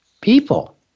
people